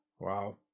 Wow